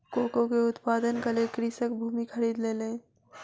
cocoa के उत्पादनक लेल कृषक भूमि खरीद लेलैन